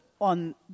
on